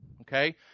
okay